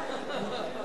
כנסת נכבדה, 54 דוברים.